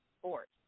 sports